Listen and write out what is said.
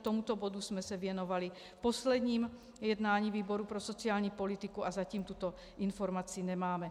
Tomuto bodu jsme se věnovali na posledním jednání výboru pro sociální politiku a zatím tuto informaci nemáme.